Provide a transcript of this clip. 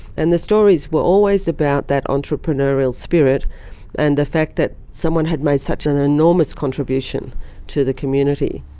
and the stories were always about that entrepreneurial spirit and the fact that someone had made such an enormous contribution to the community.